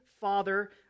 father